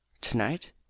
to-night